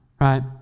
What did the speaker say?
Right